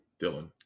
Dylan